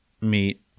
meet